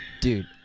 Dude